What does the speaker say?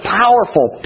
powerful